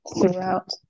throughout